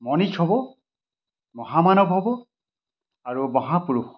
মনীষ হ'ব মহামানৱ হ'ব আৰু মহাপুৰুষ